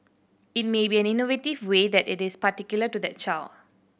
it may be an innovative way that is particular to that child